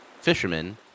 fishermen